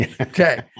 Okay